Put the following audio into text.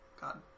God